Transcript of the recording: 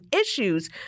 issues